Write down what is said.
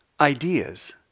Ideas